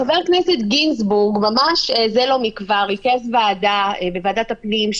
חבר הכנסת גינזבורג זה לא מכבר ריכז ועדה בוועדת הפנים,